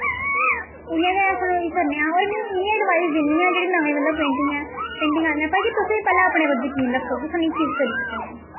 इयां गै सानूं एह् करने आं होर में इ'यै अडवाईस दिन्नी आं जेह्ड़ी नमीं मतलब पेंटिंग ऐ पेंटिंग आह्लें गी कि भाई तुसें पैह्लें तुस अपने पर ज़कीन रक्खो कि सानूं एह् चीज़ करी सकने आं